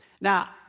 Now